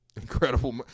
incredible